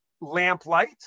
lamplight